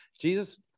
Jesus